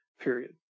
Period